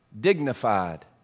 dignified